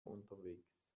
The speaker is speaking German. unterwegs